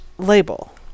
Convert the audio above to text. label